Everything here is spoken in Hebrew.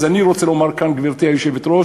אז אני רוצה לומר כאן, גברתי היושבת-ראש,